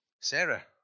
Sarah